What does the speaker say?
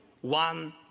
one